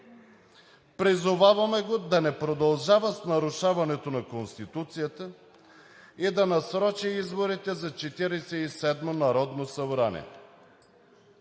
Призоваваме го да не продължава с нарушаването на Конституцията и да насрочи изборите за 47-мо народно събрание.